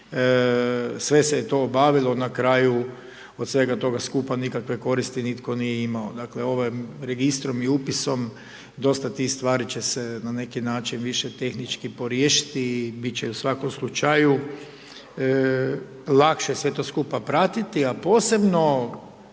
sve se je to obavilo na kraju od svega toga skupa nikakve koristi nitko nije imamo. Dakle, ovim registrom i upisom dosta tih stvari će se na neki način više tehnički poriješiti i bit će u svakom slučaju lakše sve to skupa pratiti, a posebno